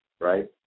right